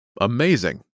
amazing